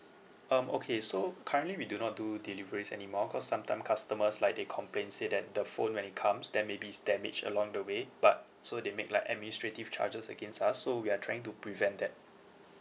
um okay so currently we do not do deliveries anymore cause sometime customers like they complain say that the phone when it comes then maybe it's damaged along the way but so they make like administrative charges against us so we are trying to prevent that